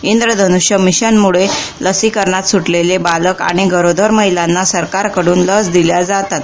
इंद्रधन्रष्य मिशनमुळं लसीकरणात स्रुटलेले बालक आणि गरोदर महिलांना सरकारकडून लस दिल्या जाते